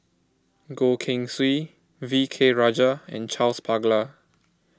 Goh Keng Swee V K Rajah and Charles Paglar